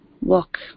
walk